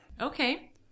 Okay